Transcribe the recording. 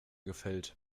gefällt